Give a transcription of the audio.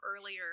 earlier